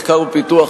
מחקר ופיתוח,